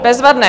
Bezvadné.